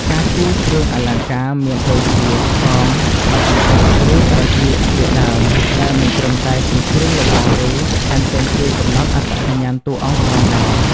ការគូរគ្រឿងអលង្ការមាន ដូចជាកង ក្បាច់ម្កុដ ឬត្រចៀកជាដើម ដែលមិនត្រឹមតែជាគ្រឿងលម្អទេ ថែមទាំងជួយកំណត់អត្តសញ្ញាណតួអង្គផងដែរ។